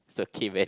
it's okay man